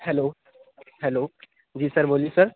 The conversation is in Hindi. हैलो हैलो जी सर बोलिए सर